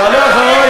תעלה אחרי,